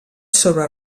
sobre